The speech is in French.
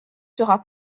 sera